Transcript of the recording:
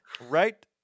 Right